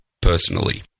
personally